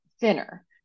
thinner